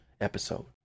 episode